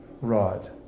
rod